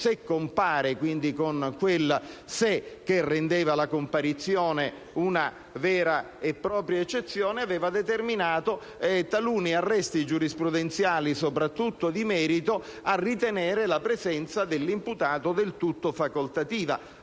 se compare (quindi con quel «se» che rendeva la comparizione una vera e propria eccezione), aveva determinato taluni arresti giurisprudenziali, soprattutto di merito, a ritenere la presenza dell'imputato del tutto facoltativa.